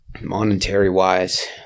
monetary-wise